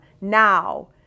Now